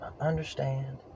understand